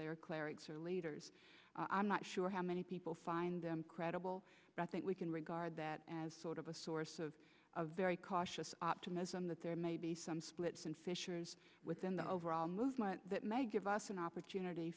are clerics or leaders i'm not sure how many people find them credible but think we can regard that as sort of a source of a very cautious optimism that there may be some splits and fissures within the overall movement that may give us an opportunity